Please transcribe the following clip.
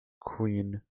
queen